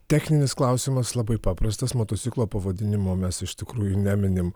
techninis klausimas labai paprastas motociklo pavadinimo mes iš tikrųjų neminim